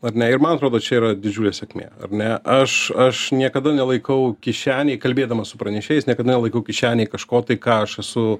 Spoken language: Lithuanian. ar ne ir man atrodo čia yra didžiulė sėkmė ar ne aš aš niekada nelaikau kišenėj kalbėdamas su pranešėjais niekada nelaikau kišenėj kažko tai ką aš esu